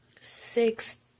six